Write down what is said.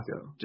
go